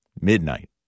midnight